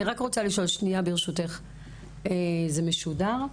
אני רק רוצה לשאול שניה ברשותך, זה משודר?